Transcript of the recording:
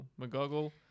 McGoggle